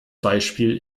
beispiel